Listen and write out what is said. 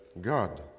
God